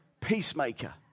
peacemaker